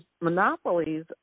monopolies